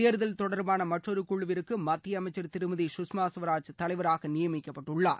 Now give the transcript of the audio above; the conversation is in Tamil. தேர்தல் தொடர்பான மற்றொரு குழுவிற்கு மத்திய அமைச்சர் திருமதி கஷ்மா சுவராஜ் தலைவராக நியமிக்கப்பட்டுள்ளார்